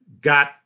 got